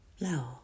No